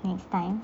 next time